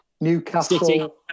Newcastle